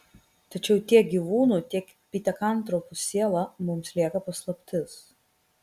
tačiau tiek gyvūnų tiek pitekantropų siela mums lieka paslaptis